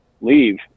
leave